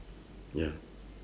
ya